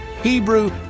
Hebrew